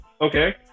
okay